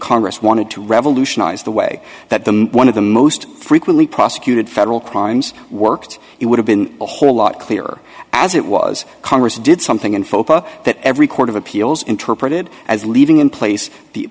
congress wanted to revolutionize the way that the one of the most frequently prosecuted federal crimes worked it would have been a whole lot clearer as it was congress did something and focus that every court of appeals interpreted as leaving in place the